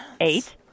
Eight